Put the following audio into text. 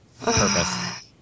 purpose